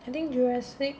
I think jurassic